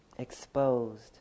exposed